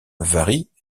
varie